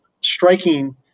striking